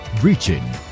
Reaching